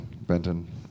Benton